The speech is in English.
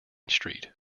street